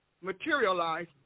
materialize